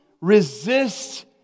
resist